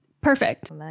perfect